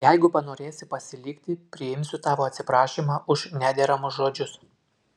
jeigu panorėsi pasilikti priimsiu tavo atsiprašymą už nederamus žodžius